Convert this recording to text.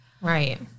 Right